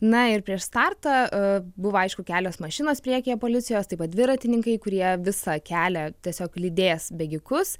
na ir prieš startą buvo aišku kelios mašinos priekyje policijos taip pat dviratininkai kurie visą kelią tiesiog lydės bėgikus